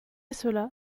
cela